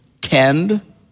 tend